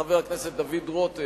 הצעת חבר הכנסת דוד רותם,